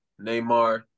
Neymar